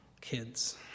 kids